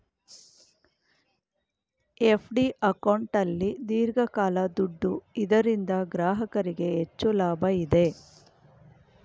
FD ಅಕೌಂಟಲ್ಲಿ ದೀರ್ಘಕಾಲ ದುಡ್ಡು ಇದರಿಂದ ಗ್ರಾಹಕರಿಗೆ ಹೆಚ್ಚು ಲಾಭ ಇದೆ